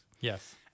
yes